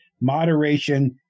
moderation